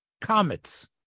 comets